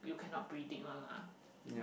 you cannot predict [one] mah